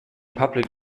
public